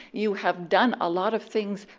you have done a lot of things.